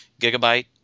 gigabyte